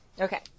Okay